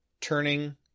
Turning